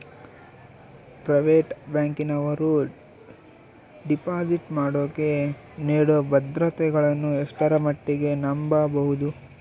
Private ಬ್ಯಾಂಕಿನವರು deposit ಮಾಡೋಕೆ ನೇಡೋ ಭದ್ರತೆಗಳನ್ನು ಎಷ್ಟರ ಮಟ್ಟಿಗೆ ನಂಬಬಹುದು?